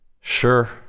Sure